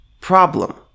problem